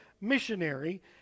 missionary